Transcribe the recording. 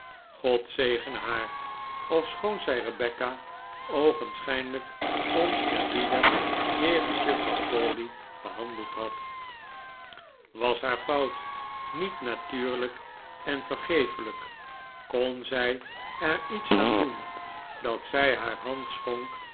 god zegene haar ofschoon zij rebecca oogenschijnlijk oneerbiedig jegens juffrouw crawley gehandeld had was haar fout niet natuurlijk en vergeeflijk kon zij er iets aan doen dat zij haar hand